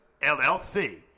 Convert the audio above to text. LLC